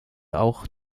auch